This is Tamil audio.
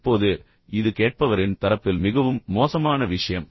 இப்போது இது கேட்பவரின் தரப்பில் மிகவும் மோசமான விஷயம்